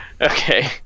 okay